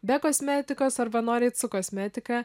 be kosmetikos arba norit su kosmetika